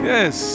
Yes